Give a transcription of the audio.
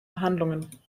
verhandlungen